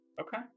okay